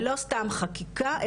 ולא סתם חקיקה,